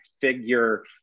figure